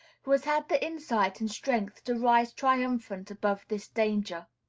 who has had the insight and strength to rise triumphant above this danger.